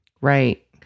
Right